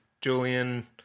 Julian